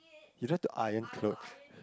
you don't have to iron clothes